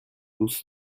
دوست